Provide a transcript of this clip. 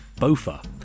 Bofa